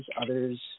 others